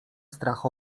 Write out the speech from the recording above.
strach